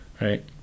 right